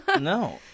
No